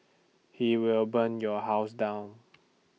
he will burn your house down